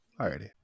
Alrighty